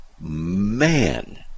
man